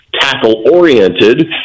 Tackle-oriented